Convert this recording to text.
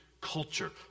culture